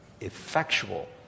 effectual